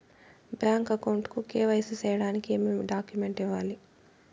Bank account కు KYC సేయడానికి ఏమేమి డాక్యుమెంట్ ఇవ్వాలి?